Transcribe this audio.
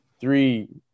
three